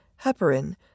heparin